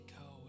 go